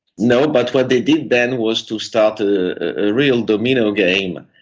no, but what they did then was to start a real domino game,